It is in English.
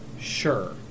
Sure